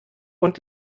und